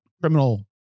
criminal